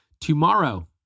tomorrow